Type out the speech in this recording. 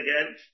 again